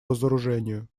разоружению